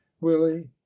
Willie